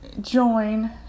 join